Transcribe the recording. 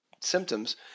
symptoms